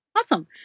Awesome